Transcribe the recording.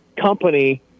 company